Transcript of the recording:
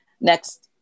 next